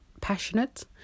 passionate